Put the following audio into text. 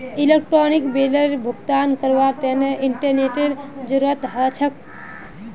electronic बिलेर भुगतान करवार तने इंटरनेतेर जरूरत ह छेक